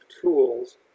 tools